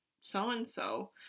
so-and-so